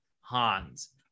Hans